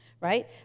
right